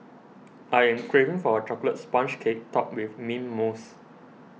I am craving for a Chocolate Sponge Cake Topped with Mint Mousse